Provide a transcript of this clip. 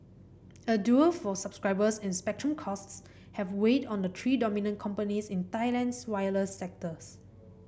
a duel for subscribers and spectrum costs have weighed on the three dominant companies in Thailand's wireless sectors